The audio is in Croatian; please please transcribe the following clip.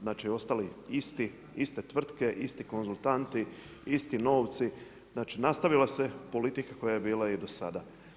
Znači ostale iste tvrtke, isti konzultanti, isti novci, znači nastavila se politika koja je bila i do sada.